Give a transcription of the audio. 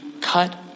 cut